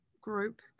group